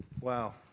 Wow